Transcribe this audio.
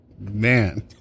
Man